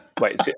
Wait